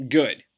good